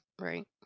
right